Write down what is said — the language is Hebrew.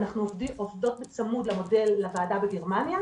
אנחנו עובדות בצמוד למודל לוועדה בגרמניה,